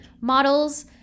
models